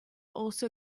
also